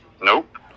Nope